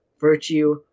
virtue